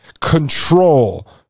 control